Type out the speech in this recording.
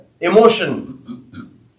emotion